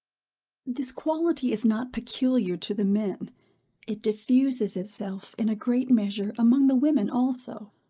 this quality is not peculiar to the men it diffuses itself, in a great measure, among the women also.